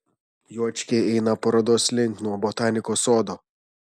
juočkiai eina parodos link nuo botanikos sodo